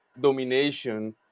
domination